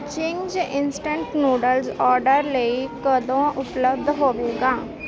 Ching's instant noodles order ਲਈ ਕਦੋਂ ਉਪਲੱਬਧ ਹੋਵੇਗਾ